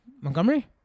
Montgomery